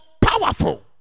powerful